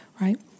Right